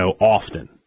often